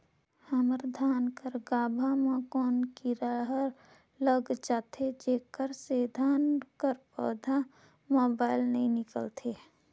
हमर धान कर गाभा म कौन कीरा हर लग जाथे जेकर से धान कर पौधा म बाएल नइ निकलथे?